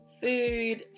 food